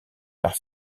par